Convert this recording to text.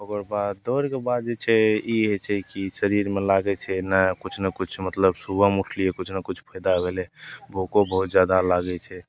ओकरबाद दौड़के बाद जे छै ई होइ छै कि शरीरमे लागै छै नया किछु ने किछु मतलब सुबहमे उठलिए किछु ने किछु फायदा भेलै भूखो बहुत जादा लागै छै